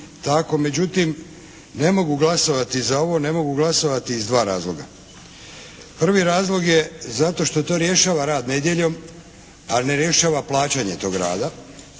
Međutim, ne mogu glasovati za ovo. Ne mogu glasovati iz dva razloga. Prvi razlog je zato što to rješava rad nedjeljom, ali ne rješava plaćanje tog rada.